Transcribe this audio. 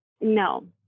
No